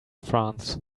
france